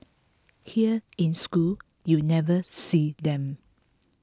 here in school you never see them